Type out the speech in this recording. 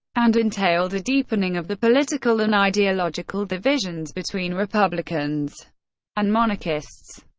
and entailed a deepening of the political and ideological divisions between republicans and monarchists.